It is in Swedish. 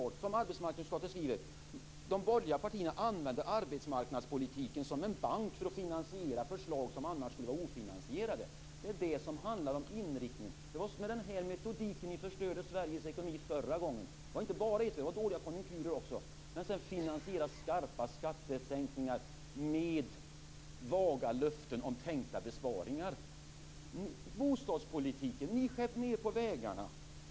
Det är som arbetsmarknadsutskottet skriver: De borgerliga partierna använder arbetsmarknadspolitiken som en bank för att finansiera förslag som annars skulle vara ofinansierade. Det handlar om inriktningen. Det var med den metodiken ni förstörde Sveriges ekonomi förra gången. Det var inte bara ert fel. Det var dåliga konjunkturer också. Men att finansiera skarpa skattesänkningar med vaga löften om tänkta besparingar! Ta bostadspolitiken! Eller att ni skär ned på vägarna!